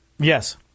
Yes